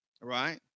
right